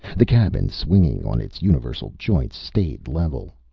the cabin, swinging on its universal joints, stayed level.